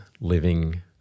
living